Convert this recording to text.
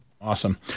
Awesome